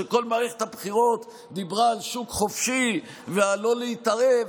שכל מערכת הבחירות דיברה על שוק חופשי ועל לא להתערב,